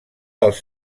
dels